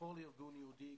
כל ארגון יהודי,